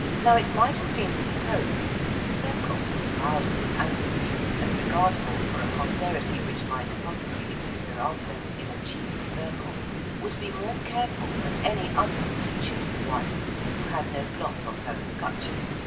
now it might have been supposed that a circle proud of his ancestry and regardful for a posterity which might possibly issue hereafter in a chief circle would be more careful than any other to choose a wife who had no blot on her escutcheon.